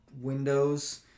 windows